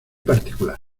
particular